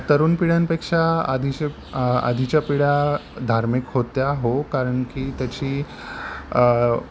तरुण पिढ्यांपेक्षा आधीच्या आधीच्या पिढ्या धार्मिक होत्या हो कारण की त्याची